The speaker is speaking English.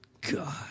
God